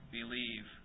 believe